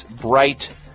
bright